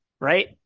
Right